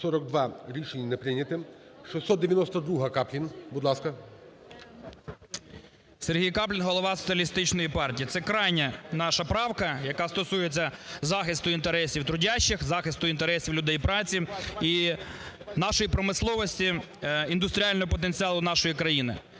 За-42 Рішення не прийнято. 692-а.Каплін, будь ласка. 13:46:33 КАПЛІН С.М. СергійКаплін, голова Соціалістичної партії. Це крайня наша правка, яка стосується захисту інтересів трудящих, захисту інтересів людей праці і нашої промисловості, індустріального потенціалу нашої країни.